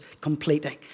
completing